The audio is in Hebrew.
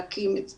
להקים את זה.